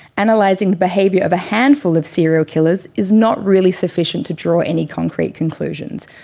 analysing the behaviour of a handful of serial killers is not really sufficient to draw any concrete conclusions.